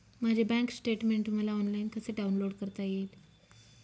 माझे bank statement मला online कसे डाउनलोड करता येईल?